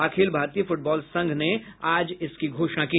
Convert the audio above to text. अखिल भारतीय फूटबॉल संघ ने आज इसकी घोषणा की